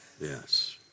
Yes